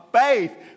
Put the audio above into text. faith